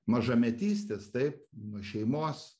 mažametystės taip nuo šeimos